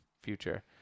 future